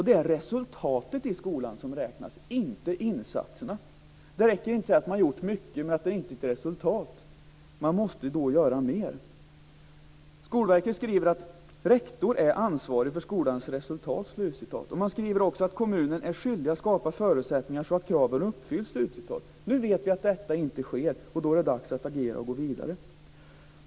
Det är resultatet i skolan som räknas, inte insatserna. Det räcker inte att säga att man har gjort mycket, men att det inte har gett resultat. Man måste då göra mer. Skolverket skriver att rektor är ansvarig för skolans resultat. Man skriver också att kommunen är skyldig att skapa förutsättningar så att kraven uppfylls. Nu vet vi att detta inte sker, och då är det dags att agera och gå vidare.